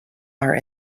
are